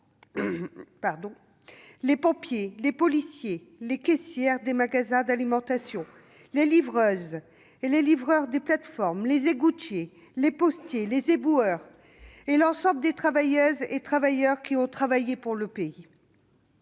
les pompiers, les policiers, les caissières des magasins d'alimentation, les livreurs des plateformes, les égoutiers, les postiers, les éboueurs et l'ensemble des travailleuses et des travailleurs qui ont oeuvré pour le pays,